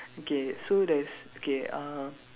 okay so there's K uh